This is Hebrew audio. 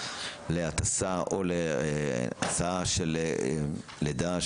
להטסה או להסעה של לידה?